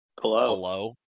Hello